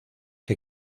que